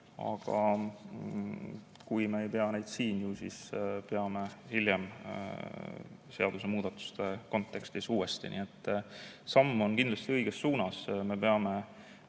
aga kui me ei pea neid siin, ju siis peame hiljem seaduse muutmise kontekstis uuesti. Samm on kindlasti õiges suunas, me peame